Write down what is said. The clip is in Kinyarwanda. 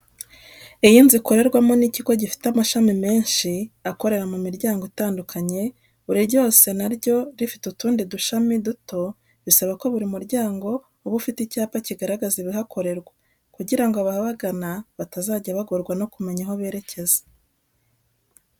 Iyo inzu ikorerwamo n'ikigo gifite amashami menshi akorera mu miryango itandukanye, buri ryose na ryo rifite utundi dushami duto, bisaba ko buri muryango uba ufite icyapa kigaragaza ibihakorerwa, kugirango ababagana batazajya bagorwa no kumenya aho berekeza.